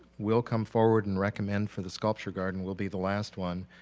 will come forward and recommend for the sculpture garden will be the last one.